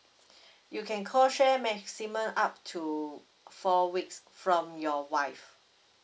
you can call share maximum up to four weeks from your wife